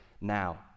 now